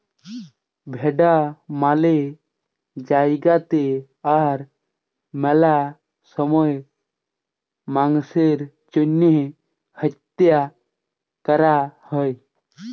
ভেড়া ম্যালা জায়গাতে আর ম্যালা সময়ে মাংসের জ্যনহে হত্যা ক্যরা হ্যয়